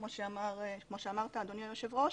כמו שאמרת אדוני היושב ראש